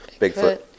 Bigfoot